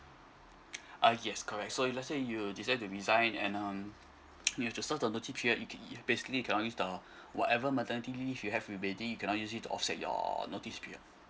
uh yes correct so if let's say you decide to resign and um you have to serve the notice period you ca~ basically you cannot leave the whatever maternity leave you have already you cannot use it to offset your notice period